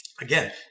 again